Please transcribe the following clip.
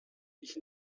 ich